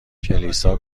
کلیسا